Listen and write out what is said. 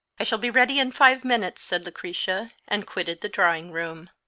i shall be ready in five minutes, said lucretia, and quitted the drawing-room.